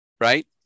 right